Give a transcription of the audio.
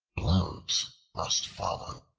blows must follow.